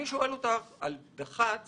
אני שואל אותך על דח"צ